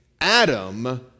Adam